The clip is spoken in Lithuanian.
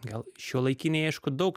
gal šiuolaikinėj aišku daug